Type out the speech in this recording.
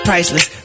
Priceless